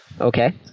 Okay